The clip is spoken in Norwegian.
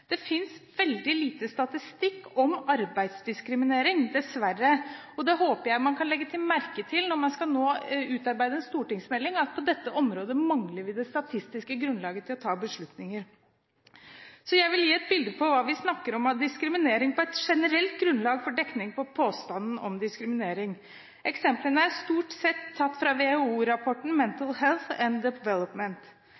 finnes dessverre veldig lite statistikk om arbeidsdiskriminering, og det håper jeg man kan legge merke til når man nå skal utarbeide en stortingsmelding – at på dette området mangler man det statistiske grunnlaget for å ta beslutninger. Jeg vil gi et bilde på hva vi snakker om av diskriminering på et generelt grunnlag – som dekning for påstanden om diskriminering. Eksemplene er stort sett tatt